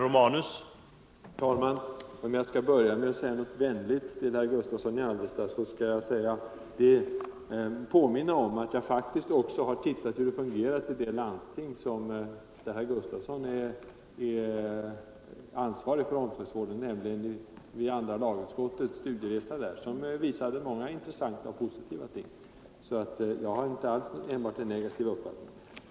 Herr talman! Om jag skall börja med att säga någonting vänligt till herr Gustavsson i Alvesta kan jag påminna om att jag faktiskt också har sett hur omsorgsvården fungerar i det landsting där herr Gustavsson är ansvarig för denna vård, nämligen vid andra lagutskottets studieresa där. Jag kunde då notera många intressanta och positiva ting. Jag har således inte alls enbart en negativ uppfattning.